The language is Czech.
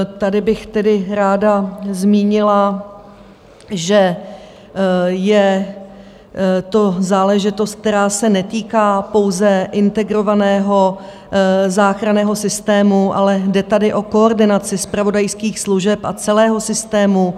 Tady bych ráda zmínila, že je to záležitost, která se netýká pouze Integrovaného záchranného systému, ale jde tady o koordinaci zpravodajských služeb a celého systému.